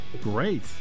Great